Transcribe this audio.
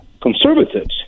conservatives